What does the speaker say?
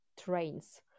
trains